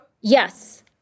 Yes